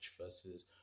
versus